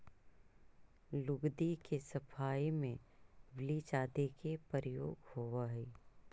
लुगदी के सफाई में ब्लीच आदि के प्रयोग होवऽ हई